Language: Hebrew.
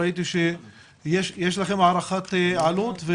ראיתי שיש לכם הערכת עלות.